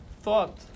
thought